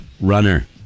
Runner